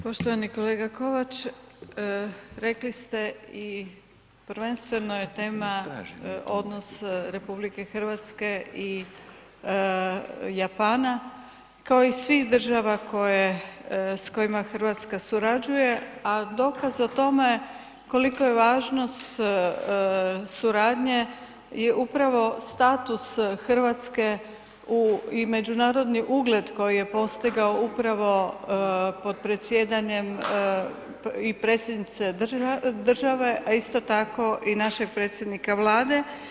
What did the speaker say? Poštovani kolega Kovač, rekli ste i prvenstveno je tema odnos RH i Japana kao i svih država koje, s kojima Hrvatska surađuje a dokaz o tome kolika je važnost suradnje je upravo status Hrvatske u i međunarodni ugled koji je postigao upravo pod predsjedanjem i predsjednice države a isto tako i našeg predsjednika Vlade.